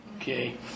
okay